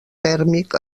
tèrmic